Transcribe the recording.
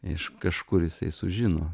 iš kažkur jisai sužino